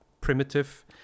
primitive